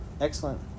excellent